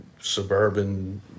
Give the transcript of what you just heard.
suburban